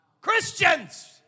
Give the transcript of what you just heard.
Christians